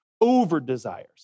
over-desires